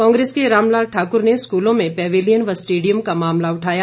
कांग्रेस के रामलाल ठाकुर ने स्कूलों में पैविलियन व स्टेडियम का मामला उठाया